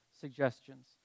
Suggestions